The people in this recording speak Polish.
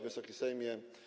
Wysoki Sejmie!